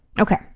Okay